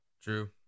True